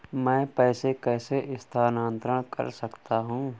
मैं पैसे कैसे स्थानांतरण कर सकता हूँ?